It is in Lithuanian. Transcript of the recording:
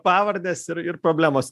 pavardės ir ir problemos